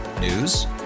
News